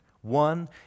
one